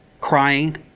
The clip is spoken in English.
crying